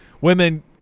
women